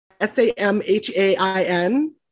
S-A-M-H-A-I-N